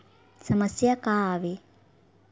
समस्या का आवे?